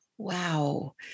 Wow